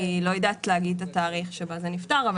אני לא יודעת להגיד את התאריך שבו זה נפתר.